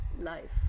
Life